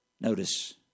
Notice